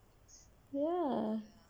!wah!